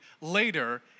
later